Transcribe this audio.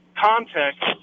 context